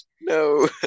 No